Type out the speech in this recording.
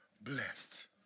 blessed